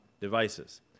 devices